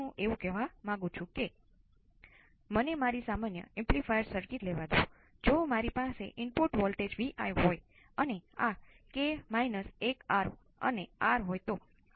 હવે ચાલો આપણે સર્કિટ Vs VR Vs છે